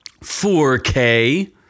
4K